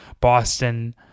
Boston